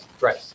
Right